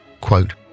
quote